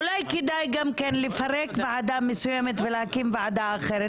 אולי כדאי גם כן לפרק ועדה מסוימת ולהקים ועדה אחרת.